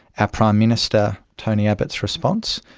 ah prime minister tony abbott's response?